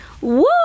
Woo